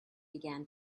began